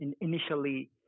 initially